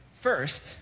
First